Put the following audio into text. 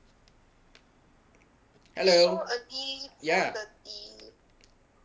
hello ya